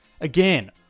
Again